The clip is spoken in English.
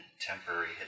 temporary